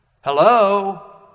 Hello